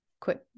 quick